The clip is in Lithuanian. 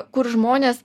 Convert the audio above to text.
kur žmonės